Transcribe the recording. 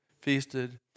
feasted